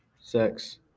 sex